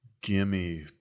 gimme